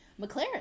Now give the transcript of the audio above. McLaren